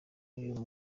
uyu